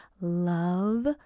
love